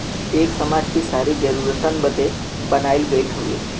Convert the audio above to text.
एक समाज कि सारी जरूरतन बदे बनाइल गइल हउवे